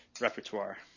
repertoire